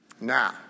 Now